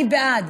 אני בעד.